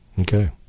Okay